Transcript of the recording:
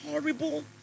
horrible